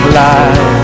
life